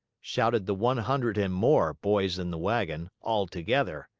shouted the one hundred and more boys in the wagon, all together.